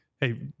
Hey